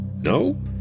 No